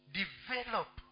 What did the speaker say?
develop